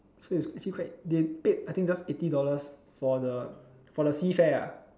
so it's actually quite they paid I think just eighty dollars for the for the sea fare ah